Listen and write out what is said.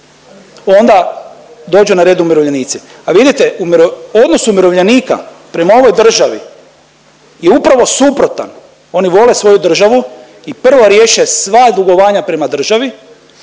onda dođu na red umirovljenici. A vidite, odnos umirovljenika prema ovoj državi je upravo suprotan, oni vole svoju državu i prvo riješe sva dugovanja prema državi